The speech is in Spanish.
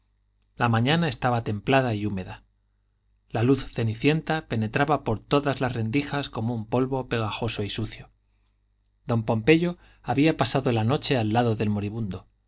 la mañana estaba templada y húmeda la luz cenicienta penetraba por todas las rendijas como un polvo pegajoso y sucio don pompeyo había pasado la noche al lado del moribundo